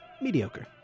Mediocre